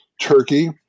turkey